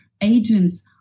agents